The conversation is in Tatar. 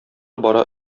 бара